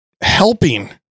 helping